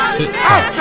TikTok